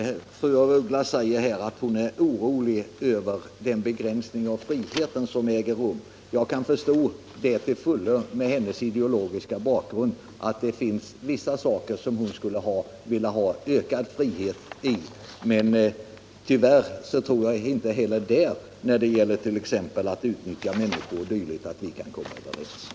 Herr talman! Fru af Ugglas säger här att hon är orolig över den begränsning av friheten som äger rum. Jag kan förstå det till fullo med hennes ideologiska bakgrund. Det finns vissa saker som hon skulle vilja ha ökad frihet i, men tyvärr tror jag inte heller att vi där kan komma överens, t.ex. när det gäller friheten att utnyttja människor.